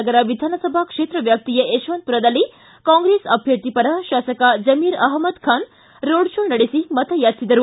ನಗರ ವಿಧಾನಸಭಾ ಕ್ಷೇತ್ರ ವ್ಯಾಪ್ತಿಯ ಯಶವಂತಪುರದಲ್ಲಿ ಕಾಂಗ್ರೆಸ್ ಅಬ್ಕರ್ಥಿ ಪರ ಶಾಸಕ ಜಮೀರ್ ಅಪಮದ್ ಖಾನ್ ರೋಡ್ ಶೋ ನಡೆಸಿ ಮತಯಾಚಿಸಿದರು